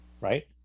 right